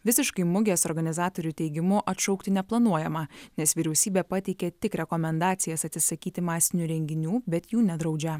visiškai mugės organizatorių teigimu atšaukti neplanuojama nes vyriausybė pateikė tik rekomendacijas atsisakyti masinių renginių bet jų nedraudžia